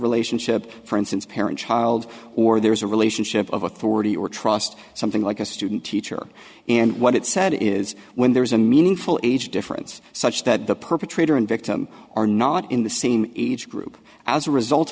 relationship for instance parent child or there is a relationship of authority or trust something like a student teacher and what it said is when there is a meaningful age difference such that the perpetrator and victim are not in the same age group as a result